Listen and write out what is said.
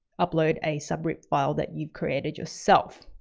upload a subrip file that you've created yourself.